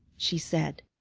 she said.